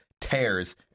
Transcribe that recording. tears